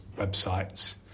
websites